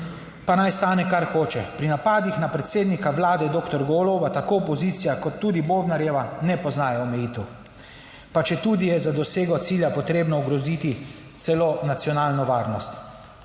pa naj stane, kar hoče. Pri napadih na predsednika vlade doktor Goloba tako opozicija kot tudi Bobnarjeva ne poznajo omejitev, pa četudi je za dosego cilja potrebno ogroziti celo nacionalno varnost.